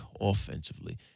offensively